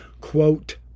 quote